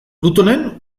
plutonen